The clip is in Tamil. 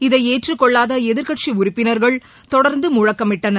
இதை ஏற்றுக்கொள்ளாத எதிர்கட்சி உறுப்பினர்கள் தொடர்ந்து முழுக்கமிட்டனர்